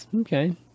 Okay